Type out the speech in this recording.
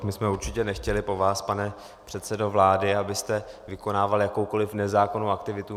My jsme určitě nechtěli po vás, pane předsedo vlády, abyste vykonával jakoukoli nezákonnou aktivitu.